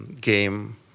game